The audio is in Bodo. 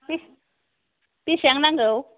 बेसेबां नांगौ